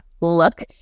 look